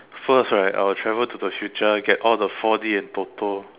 first right I will travel to the future get all the four D and toto